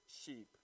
sheep